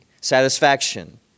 Satisfaction